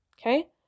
Okay